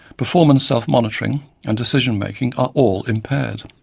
performance self-monitoring and decision making are all impaired.